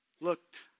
looked